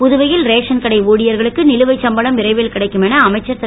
புதுவையில் ரேஷன் கடை ஊழியர்களுக்கு நிலுவை சம்பளம் விரைவில் கிடைக்கும் என அமைச்சர் திரு